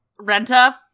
Renta